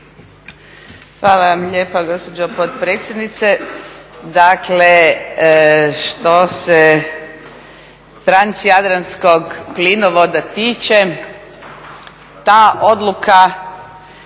Hvala vam lijepa gospođo potpredsjednice. Dakle što se transjadranskog plinovoda tiče, ta odluka